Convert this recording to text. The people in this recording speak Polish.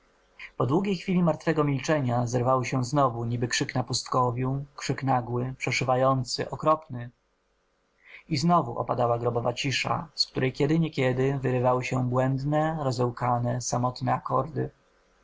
po długiej chwili martwego milczenia zerwały się znowu niby krzyk na pustkowiu krzyk nagły przeszywający okropny i znowu opadała grobowa cisza z której kiedy niekiedy wyrywały się błędne rozełkane samotne akordy